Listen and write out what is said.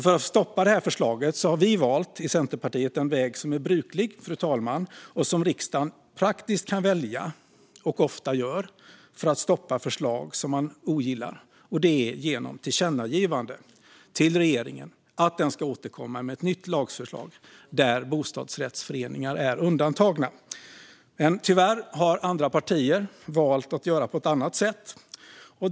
För att stoppa det här förslaget har vi i Centerpartiet valt den väg som är bruklig, fru talman, och som riksdagen praktiskt kan välja - och ofta väljer - för att stoppa förslag som man ogillar, nämligen ett tillkännagivande till regeringen om att den ska återkomma med ett nytt lagförslag där bostadsrättsföreningar är undantagna. Tyvärr har andra partier valt att göra på ett annat sätt.